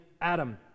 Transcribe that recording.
Adam